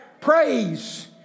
Praise